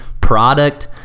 product